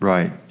Right